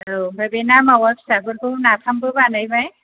औ ओमफ्राय बे ना मावा फिसाफोरखौ नाफामबो बानायबाय